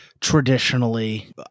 Traditionally